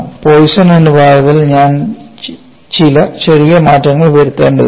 Poisson അനുപാതത്തിൽ ഞാൻ ചില ചെറിയ മാറ്റങ്ങൾ വരുത്തേണ്ടതുണ്ട്